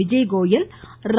விஜய்கோயல் ர